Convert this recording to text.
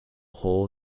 hole